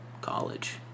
college